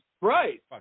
Right